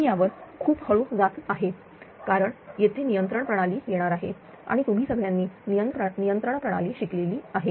मी यावर खूप हळू जात आहे कारण येथे नियंत्रण प्रणाली येणार आहे आणि तुम्ही सगळ्यांनी नियंत्रण प्रणाली शिकलेली आहे